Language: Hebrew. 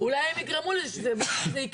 אולי הם יגרמו לזה שזה יקרה.